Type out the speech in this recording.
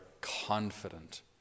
confident